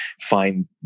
find